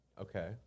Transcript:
Okay